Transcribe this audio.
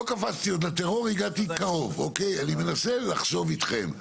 אני מנסה לחשוב איתכם.